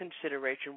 consideration